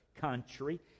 country